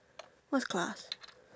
what's glass